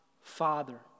Father